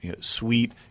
sweet